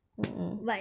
mmhmm